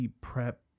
prep